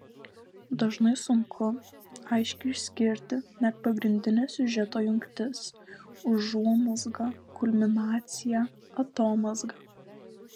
dažnai sunku aiškiai išskirti net pagrindines siužeto jungtis užuomazgą kulminaciją atomazgą